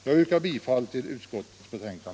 Jag yrkar, herr talman, bifall till utskottets hemställan.